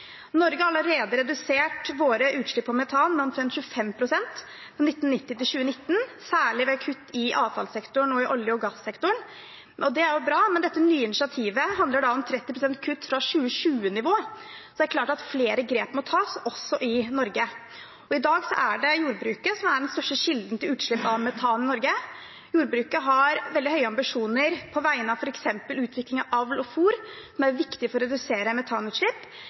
Norge har allerede redusert våre utslipp av metan med 25 pst. fra 1990 til 2019, særlig ved kutt i avfallssektoren og i olje- og gassektoren. Det er bra, men dette nye initiativet handler om 30 pst. kutt fra 2020-nivå. Det er klart at flere grep må tas, også i Norge. I dag er det jordbruket som er den største kilden til utslipp av metan i Norge. Jordbruket har veldig høye ambisjoner på vegne av f.eks. utvikling av avl og fôr, som er viktig for å redusere metanutslipp.